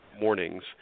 mornings